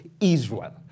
Israel